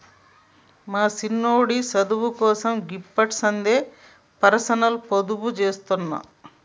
మా పిల్లోడి సదువుకోసం గిప్పడిసందే పర్సనల్గ పొదుపుజేత్తన్న